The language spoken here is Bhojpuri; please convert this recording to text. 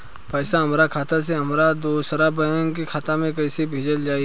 पैसा हमरा खाता से हमारे दोसर बैंक के खाता मे कैसे भेजल जायी?